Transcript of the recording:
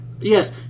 Yes